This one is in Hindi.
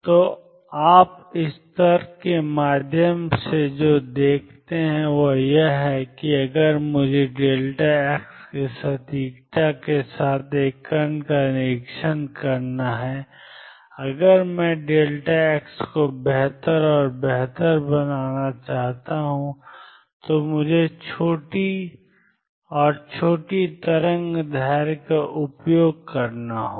तो आप इस तर्क के माध्यम से जो देखते हैं वह यह है कि अगर मुझे x की सटीकता के साथ एक कण का निरीक्षण करना है अगर मैंx को बेहतर और बेहतर बनाना चाहता हूं तो मुझे छोटी और छोटी तरंग दैर्ध्य का उपयोग करना होगा